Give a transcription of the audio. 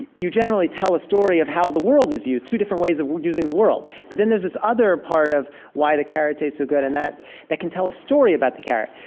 you generally tell a story of how the world is used, two different ways of using the world. but then there's this other part of why the carrot tastes so good and that that can tell a story about the carrot.